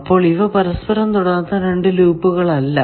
അപ്പോൾ ഇവ പരസ്പരം തൊടാത്ത രണ്ടു ലൂപ്പുകൾ അല്ല